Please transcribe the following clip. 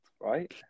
right